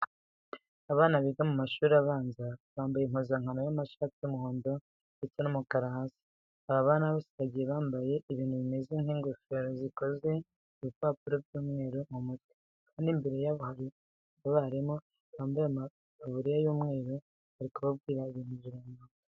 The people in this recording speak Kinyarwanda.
Abana biga mu mashuri abanza bambaye impuzankano y'amashati y'umuhondo ndetse n'umukara hasi. Aba bana bose bagiye bambaye ibintu bimeze nk'ingofero zikoze mu bipapuro by'umweru mu mutwe kandi imbere yabo hari abarimu bambaye amataburiya y'umweru bari kubabwira ibintu runaka.